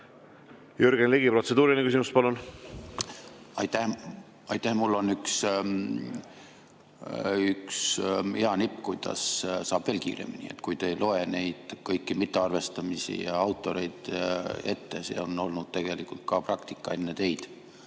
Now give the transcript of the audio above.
Jürgen Ligi, protseduuriline küsimus, palun! Aitäh! Mul on üks hea nipp, kuidas saab veel kiiremini: kui te ei loe kõiki neid mittearvestamisi ja autoreid ette. See on olnud praktika ka enne teid.